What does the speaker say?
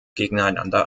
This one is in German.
gegeneinander